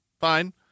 Fine